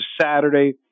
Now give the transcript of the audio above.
Saturday